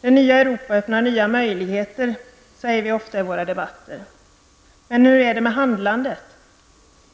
Det nya Europa öppnar nya möjligheter, säger vi ofta i våra debatter -- men hur är det med handlandet?